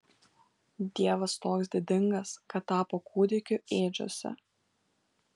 dievas toks didingas kad tapo kūdikiu ėdžiose